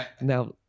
Now